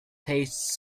taste